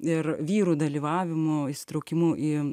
ir vyrų dalyvavimu įsitraukimu į